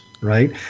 right